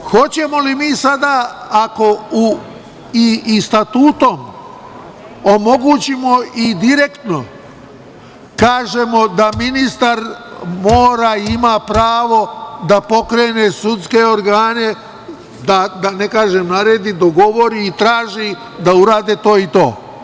Da li ćemo mi sada statutom da omogućimo i direktno kažemo da ministar mora i ima pravo da pokrene sudske organe, da ne kažem naredi, dogovori i traži da urade to i to?